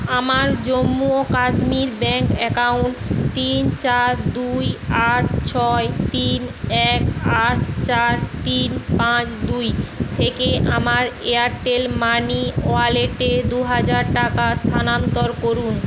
আমার জম্মু ও Kashmir bank account তিন চার দুই আট ছয় তিন এক আট চার তিন পাঁচ দুই থেকে আমার এয়ারটেল মানি ওয়ালেটে দু হাজার টাকা স্থানান্তর করুন